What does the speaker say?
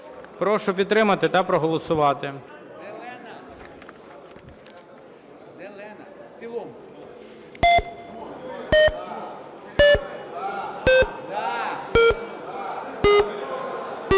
Прошу підтримати та проголосувати.